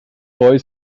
boy